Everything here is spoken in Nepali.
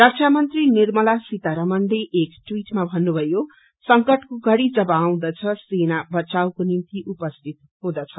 रक्षामन्त्री निर्मला सितारमनले एक टवीटमा भन्नुभयो संकटको घड़ी जव आउँदछ सेना बचावको निम्ति उपस्थित हुँदछ